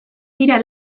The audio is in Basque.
dira